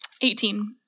Eighteen